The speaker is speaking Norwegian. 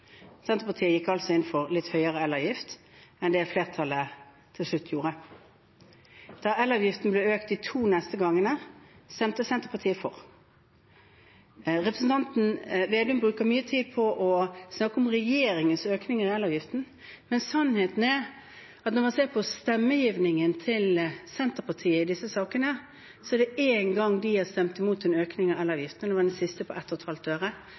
Senterpartiet gikk altså inn for litt høyere elavgift enn det flertallet til slutt gjorde. De to neste gangene elavgiften ble økt, stemte Senterpartiet for. Representanten Slagsvold Vedum bruker mye tid på å snakke om regjeringens økninger av elavgiften, men sannheten er, når man ser på stemmegivningen til Senterpartiet i disse sakene, at det er én gang de har stemt imot en økning av elavgiften, det var den siste, på 1,5 øre. Så gikk vi ned 1 øre, og